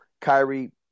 Kyrie